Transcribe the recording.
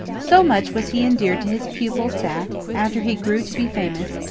so much was he endeared to his pupils that, after he grew to be famous,